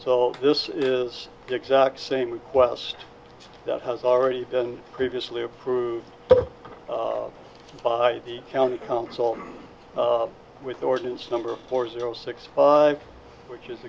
so this is the exact same request that has already been previously approved by the county council with the ordinance number four zero six which is